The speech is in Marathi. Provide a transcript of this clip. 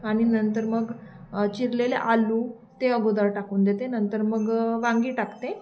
आणि नंतर मग चिरलेले आलू ते अगोदर टाकून देते नंतर मग वांगी टाकते